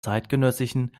zeitgenössischen